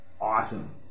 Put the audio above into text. awesome